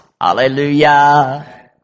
Hallelujah